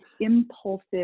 impulsive